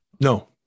No